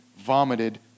vomited